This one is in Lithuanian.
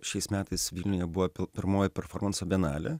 šiais metais vilniuje buvo pi pirmoji performanso bienalė